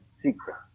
secret